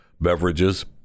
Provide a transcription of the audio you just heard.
beverages